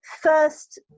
first